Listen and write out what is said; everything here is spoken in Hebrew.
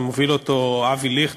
שמוביל אותו אבי ליכט,